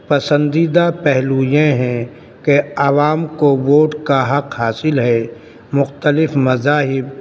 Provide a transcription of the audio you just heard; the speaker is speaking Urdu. پسندیدہ پہلو یہ ہیں کہ عوام کو ووٹ کا حق حاصل ہے مختلف مذاہب